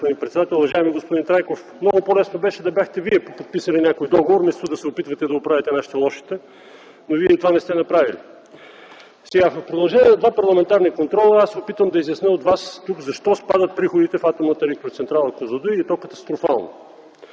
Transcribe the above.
господин председател! Уважаеми господин Трайков, много по-лесно беше Вие да бяхте подписали някой договор вместо да се опитвате да оправите нашите, лошите. Но Вие и това не сте направили. В продължение на два парламентарни контрола аз се опитвам да изясня от Вас тук защо спадат приходите в Атомната